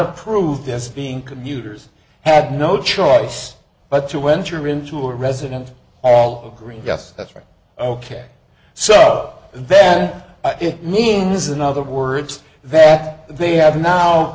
approved as being commuters had no choice but to enter into a resident all green yes that's right ok so then it means in other words that they have now